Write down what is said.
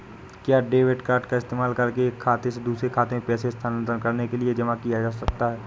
क्या debit card का इस्तेमाल एक खाते से दूसरे खाते में पैसे स्थानांतरण करने के लिए किया जा सकता है?